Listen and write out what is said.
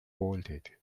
vaulted